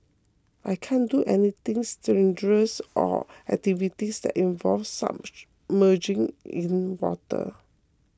I can't do anything strenuous or activities that involve submerging in water